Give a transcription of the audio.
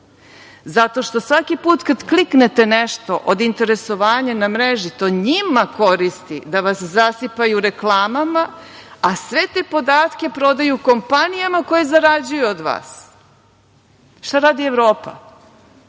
zato što svaki put kada kliknete nešto od interesovanja na mreži, to njima koriste da vas zasipaju reklamama, a sve te podatke prodaju kompanijama koje zarađuju od vas. Šta radi Evropa?